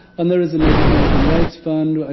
and there is a native american rights fund.